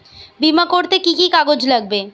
বিমা করতে কি কি কাগজ লাগবে?